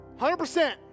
100%